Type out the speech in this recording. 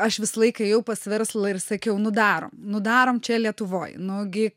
aš visą laiką ėjau pas verslą ir sakiau nu darom nu darom čia lietuvoj nu gi